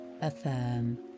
Affirm